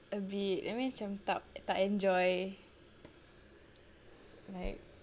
a bit I mean macam tak tak enjoy like